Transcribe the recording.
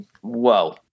whoa